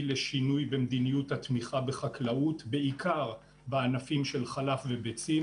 לשינוי במדיניות התמיכה בחקלאות בעיקר בענפים של חלב וביצים.